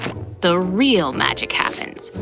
the real magic happens.